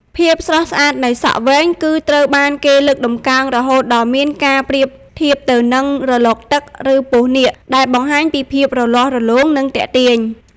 ភាពស្រស់ស្អាតនៃសក់វែង គឺត្រូវបានគេលើកតម្កើងរហូតដល់មានការប្រៀបធៀបទៅនឹង រលកទឹក ឬពស់នាគ ដែលបង្ហាញពីភាពរលាស់រលោង និងទាក់ទាញ។